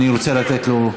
אני רוצה לתת לו,